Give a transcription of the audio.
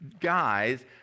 guys